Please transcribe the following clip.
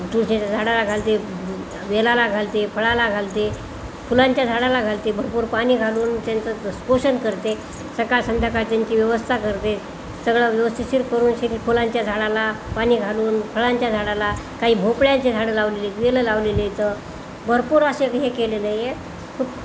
तुळशीच्या झाडाला घालते वेलाला घालते फळाला घालते फुलांच्या झाडाला घालते भरपूर पाणी घालून त्यांचं पोषण करते सकाळ संध्याकाळ त्यांची व्यवस्था करते सगळं व्यवस्थिशीर करून शेती फुलांच्या झाडाला पाणी घालून फळांच्या झाडाला काही भोपळ्यांची झाडं लावलेली आहेत वेलं लावलेले आहेत भरपूर असे हे केलेलं आहे खूप